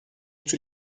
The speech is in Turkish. tür